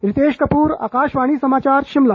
रितेश कपूर आकाशवाणी समाचार शिमला